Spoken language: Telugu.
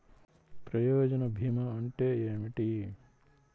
ప్రయోజన భీమా అంటే ఏమిటి?